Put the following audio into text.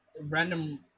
random